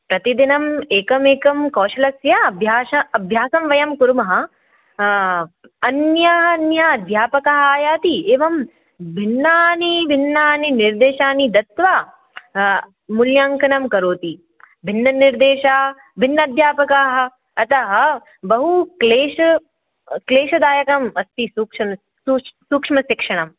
प्रतिदिनम् एकमेकं कौशलस्य अभ्यासम् अभ्यासं वयं कुर्मः अन्य अन्य अध्यापकः आयाति एवं भिन्नानि भिन्नानि निर्देशानि दत्वा मूल्याङ्कनं करोति भिन्ननिर्देशाः भिन्न अध्यापकाः अतः बहुक्लेशः क्लेशदायकम् अस्ति सूक्ष्मं सूक्ष्मं सूक्ष्मशिक्षणम्